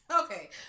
Okay